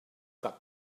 got